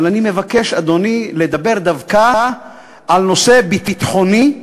אבל אני מבקש, אדוני, לדבר דווקא על נושא ביטחוני,